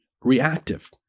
reactive